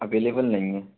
अवेलवल नहीं है